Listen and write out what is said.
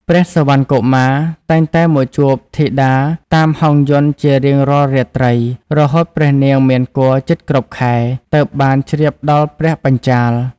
ព្រះសុវណ្ណកុមារតែងតែមកជួបធីតាតាមហង្សយន្តជារៀងរាល់រាត្រី រហូតព្រះនាងមានគភ៌ជិតគ្រប់ខែ ទើបបានជ្រាបដល់ព្រះបញ្ចាល៍។